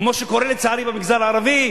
כמו שקורה לצערי במגזר הערבי.